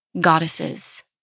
goddesses